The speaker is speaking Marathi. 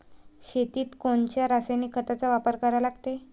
शेतीत कोनच्या रासायनिक खताचा वापर करा लागते?